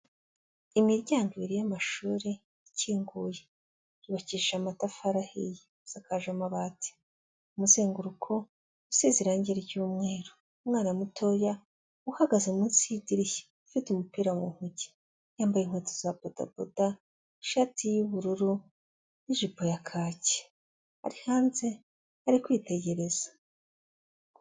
Imiryango ibiri y'amashuri ikinguye, yubakishije amatafari ahiye isakaje amabati, umuzenguruko usize irangi ry'umweru, umwana mutoya uhagaze munsi y'idirishya ufite umupira mu ntoki, yambaye inkweto za podaboda, ishati y'ubururu n'ijipo ya kaki, ari hanze ari kwitegereza.